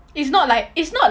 it's not like it's not